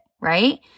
Right